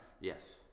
yes